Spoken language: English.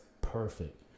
perfect